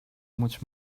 much